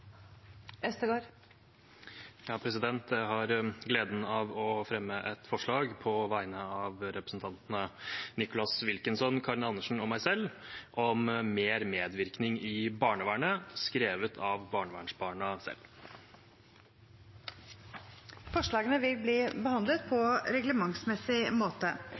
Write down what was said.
Jeg har gleden av å fremme et forslag på vegne av representantene Nicholas Wilkinson, Karin Andersen og meg selv om mer medvirkning i barnevernet, skrevet av barnevernsbarna selv. Forslagene vil bli behandlet på reglementsmessig måte.